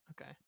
Okay